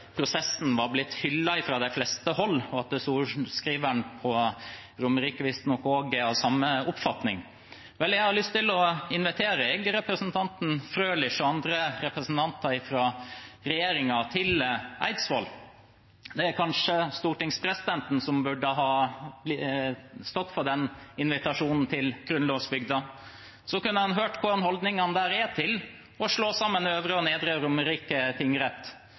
prosessen var blitt hyllet fra de fleste hold, og at sorenskriveren på Romerike visstnok også er av samme oppfatning. Vel, jeg har lyst til å invitere representanten Frølich og andre representanter fra regjeringen til Eidsvoll – det er kanskje stortingspresidenten som burde ha stått for den invitasjonen til grunnlovsbygda – så kunne han hørt hvordan holdningene der er til å slå sammen Øvre og Nedre Romerike tingrett,